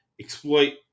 Exploit